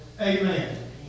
Amen